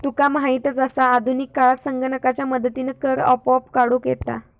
तुका माहीतच आसा, आधुनिक काळात संगणकाच्या मदतीनं कर आपोआप काढूक येता